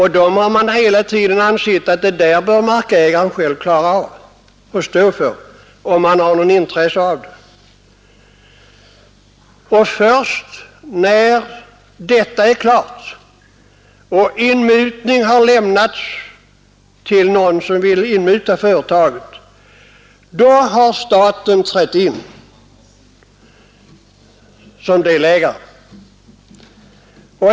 Man har hela tiden ansett att markägaren själv bör stå för dessa kostnader, om han har något intresse för saken. Först när detta är klart och inmutning lämnats till någon som vill inmuta företaget, har staten trätt in som delägare.